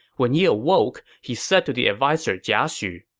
when he awoke, he said to the adviser jia xu,